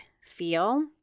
feel